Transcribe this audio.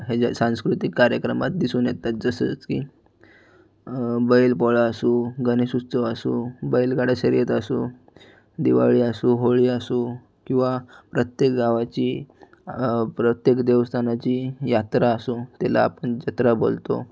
हेच्या सांस्कृतिक कार्यक्रमात दिसून येतात जसंच की बैलपोळा असू गनेशउत्सव असू बैलगाडा शर्यत असू दिवाळी असू होळी असू किंवा प्रत्येक गावाची प्रत्येक देवस्तानाची यात्रा असू तिला आपण जत्रा बोलतो